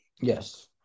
Yes